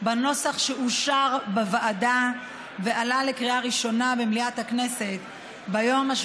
בנוסח שאושר בוועדה ועלה לקריאה ראשונה במליאת הכנסת ביום 7